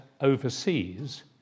overseas